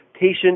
patient